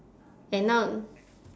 and now